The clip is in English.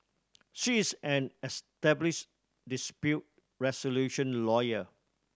she's an established dispute resolution lawyer